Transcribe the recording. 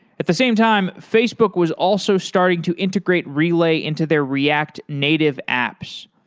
at the same time, facebook was also starting to integrate relay into their react native apps,